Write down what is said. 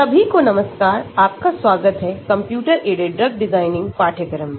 सभी को नमस्कार आपका स्वागत है कंप्यूटर एडेड ड्रग डिज़ाइन पाठ्यक्रम में